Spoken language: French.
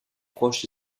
proche